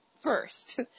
first